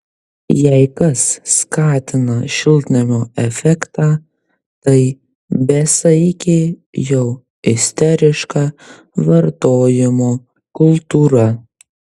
jei kas skatina šiltnamio efektą tai besaikė jau isteriška vartojimo kultūra